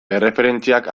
erreferentziak